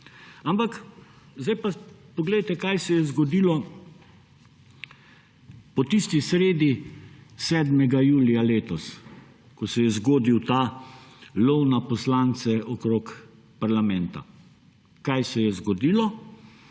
Ampak zdaj pa poglejte, kaj se je zgodilo po tisti sredi, 7. julija letos, ko se je zgodil ta lov na poslance okrog parlamenta. Kaj se je zgodilo?